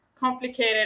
complicated